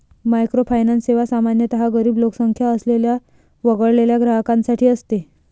microfinance सेवा सामान्यतः गरीब लोकसंख्या असलेल्या वगळलेल्या ग्राहकांसाठी असते